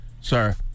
sir